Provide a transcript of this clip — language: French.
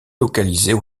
localisée